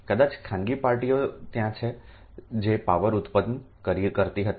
કદાચ ખાનગી પાર્ટીઓ ત્યાં છે જે પાવર ઉત્પન્ન કરતી હતી